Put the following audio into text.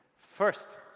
first,